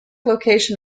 location